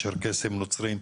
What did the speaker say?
צ'רקסיים או נוצרים,